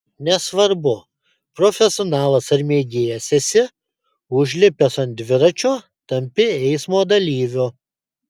nesvarbu profesionalas ar mėgėjas esi užlipęs ant dviračio tampi eismo dalyviu